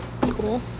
cool